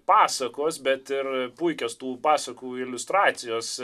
pasakos bet ir puikios tų pasakų iliustracijos